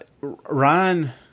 Ryan